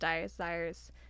desires